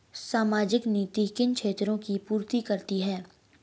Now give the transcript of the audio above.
सामाजिक नीति किन क्षेत्रों की पूर्ति करती है?